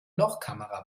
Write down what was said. lochkamera